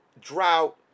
drought